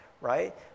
right